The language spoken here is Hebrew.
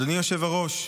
אדוני היושב-ראש,